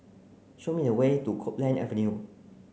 show me the way to Copeland Avenue